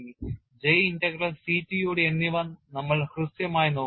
J integral CTOD എന്നിവ നമ്മൾ ഹ്രസ്വമായി നോക്കി